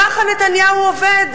ככה נתניהו עובד.